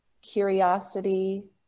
curiosity